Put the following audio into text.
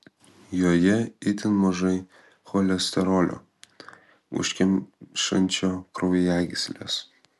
joje itin mažai cholesterolio užkemšančio kraujagysles